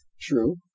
True